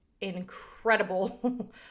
incredible